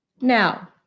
Now